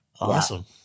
awesome